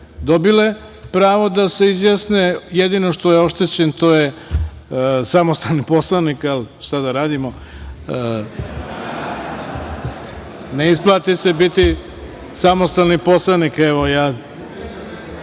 dobile pravo da se izjasne, jedino što je oštećen to je samostalni poslanik, ali šta da radimo. Ne isplati se biti samostalni poslanik. Ako se